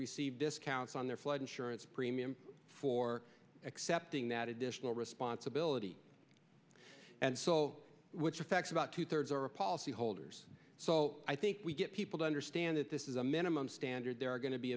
receive discounts on their flood insurance premiums for accepting that additional responsibility and so which affects about two thirds are policyholders so i think we get people to understand that this is a minimum standard there are going to be